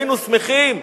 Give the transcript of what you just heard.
היינו שמחים.